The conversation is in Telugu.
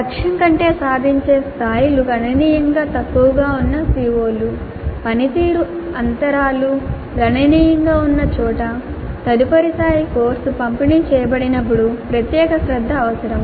లక్ష్యం కంటే సాధించే స్థాయిలు గణనీయంగా తక్కువగా ఉన్న CO లు పనితీరు అంతరాలు గణనీయంగా ఉన్న చోట తదుపరిసారి కోర్సు పంపిణీ చేయబడినప్పుడు ప్రత్యేక శ్రద్ధ అవసరం